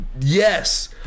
yes